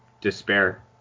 despair